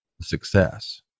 success